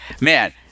man